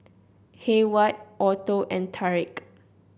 Hayward Otho and Tarik